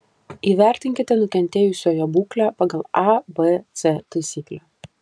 įvertinkite nukentėjusiojo būklę pagal abc taisyklę